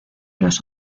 los